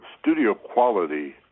studio-quality